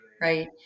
right